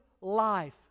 life